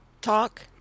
talk